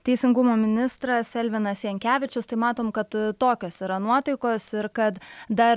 teisingumo ministras elvinas jankevičius tai matom kad tokios yra nuotaikos ir kad dar